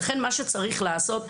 ולכן מה שצריך לעשות,